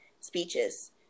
Speeches